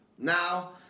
now